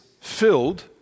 filled